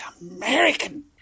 American